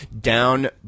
down